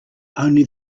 only